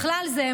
בכלל זה,